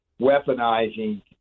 weaponizing